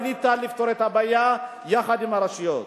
וניתן לפתור את הבעיה יחד עם הרשויות.